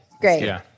Great